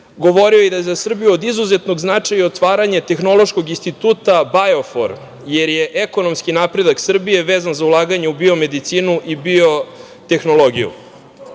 govorio da je za Srbiju od izuzetnog značaja i otvaranje tehnološkog instituta "Bajofor", jer je ekonomski napredak Srbije vezan za ulaganje u biomedicinu i biotehnologiju. Poruka